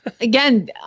again